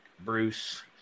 Bruce